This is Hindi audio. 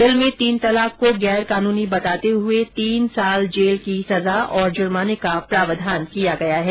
बिल में तीन तलाक को गैर कानूनी बताते हुए तीन साल जेल की सजा और जुर्माने का प्रावधान किया गया है